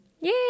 Yay